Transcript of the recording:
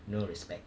no respect